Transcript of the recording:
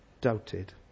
doubted